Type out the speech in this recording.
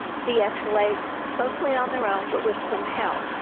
de escalate mostly on their own but with some help.